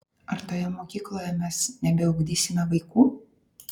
ar toje mokykloje mes nebeugdysime vaikų